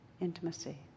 intimacy